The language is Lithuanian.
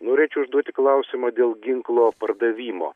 norėčiau užduoti klausimą dėl ginklo pardavimo